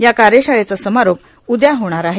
या कायशाळेचा समारोप उद्या होणार आहे